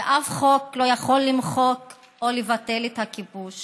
ושום חוק לא יכול למחוק או לבטל את הכיבוש,